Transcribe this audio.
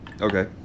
okay